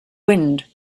wind